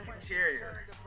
Interior